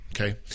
Okay